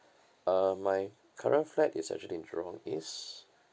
uh my current flat is actually in jurong east